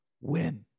win